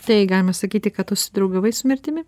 tai galima sakyti kad tu susidraugavai su mirtimi